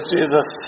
Jesus